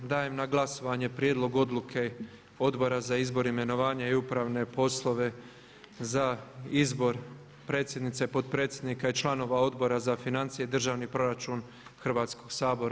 Dajem na glasovanje Prijedlog odluke Odbora za izbor, imenovanja i upravne poslove za izbor predsjednice, potpredsjednika i članova Odbora za financije i državni proračun Hrvatskoga sabora.